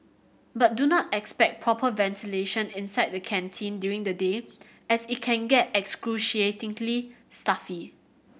but do not expect proper ventilation inside the canteen during the day as it can get excruciatingly stuffy